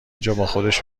جاباخودش